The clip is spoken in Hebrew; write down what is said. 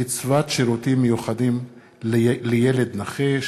קצבת שירותים מיוחדים לילד נכה,